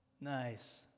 Nice